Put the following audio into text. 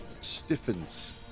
stiffens